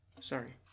Sorry